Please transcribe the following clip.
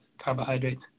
carbohydrates